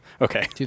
Okay